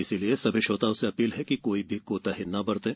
इसलिए सभी श्रोताओं से अपील है कि कोई भी कोताही न बरतें